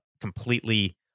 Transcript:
completely